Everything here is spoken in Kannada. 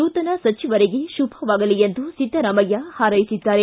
ನೂತನ ಸಚಿವರಿಗೆ ಶುಭವಾಗಲಿ ಎಂದು ಸಿದ್ದರಾಮಯ್ಯ ಪಾರೈಸಿದ್ದಾರೆ